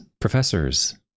professors